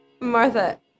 Martha